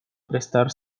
prestar